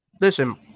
listen